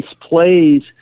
plays